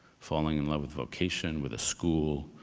falling in love with vocation, with a school,